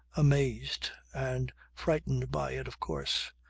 amazed and frightened by it of course.